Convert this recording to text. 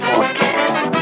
Podcast